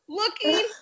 looking